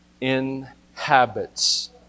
inhabits